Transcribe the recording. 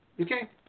Okay